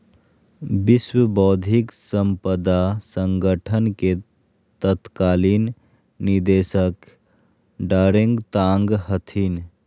विश्व बौद्धिक साम्पदा संगठन के तत्कालीन निदेशक डारेंग तांग हथिन